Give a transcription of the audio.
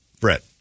Brett